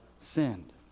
sinned